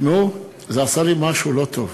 תשמעו, זה עשה לי משהו לא טוב.